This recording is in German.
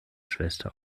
schwester